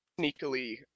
sneakily